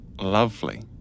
lovely